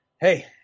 hey